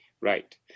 Right